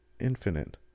infinite